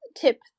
tip